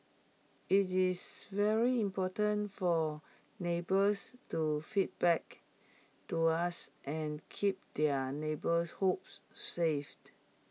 IT is very important for neighbours to feedback to us and keep their neighbourhoods safe